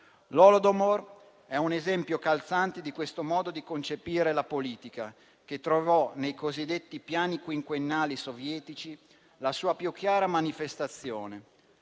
L'Holodomor è un esempio calzante di questo modo di concepire la politica, che trovò nei cosiddetti piani quinquennali sovietici la sua più chiara manifestazione.